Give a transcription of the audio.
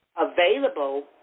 available